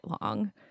long